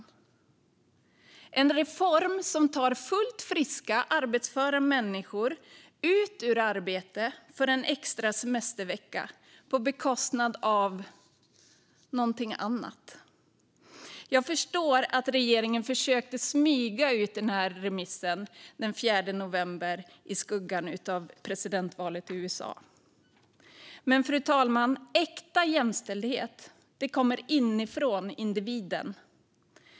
Det är en reform som tar fullt friska och arbetsföra människor ut ur arbete för en extra semestervecka på bekostnad av - någonting annat. Jag förstår att regeringen försökte smyga ut remissen den 4 november, i skuggan av presidentvalet i USA. Fru talman! Äkta jämställdhet kommer inifrån individen.